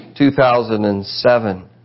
2007